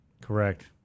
Correct